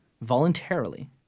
voluntarily